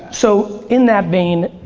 so, in that vein,